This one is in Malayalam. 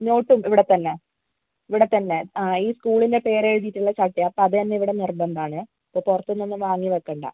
നോട്ടും ഇവിടെത്തന്നെ ഇവിടെത്തന്നെ ആ ഈ സ്കൂളിന്റെ പേര് എഴുതിയിട്ടുള്ള ചട്ടയാണ് അപ്പം അത് തന്നെ ഇവിടെ നിർബന്ധം ആണ് അപ്പോൾ പൊറത്തിന്ന് ഒന്നും വാങ്ങി വയ്ക്കേണ്ട